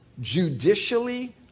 Judicially